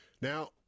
Now